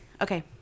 Okay